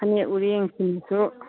ꯐꯅꯦꯛ ꯎꯔꯦꯡꯁꯤꯃꯁꯨ